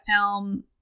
film